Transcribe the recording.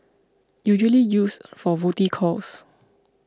usually used for booty calls